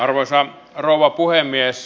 arvoisa rouva puhemies